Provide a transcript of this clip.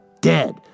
dead